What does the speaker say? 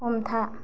हमथा